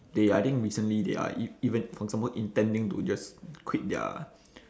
they I think recently they are ev~ even for example intending to just quit their